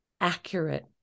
accurate